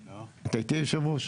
אתה איתי, יושב הראש?